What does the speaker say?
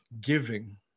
giving